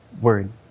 Word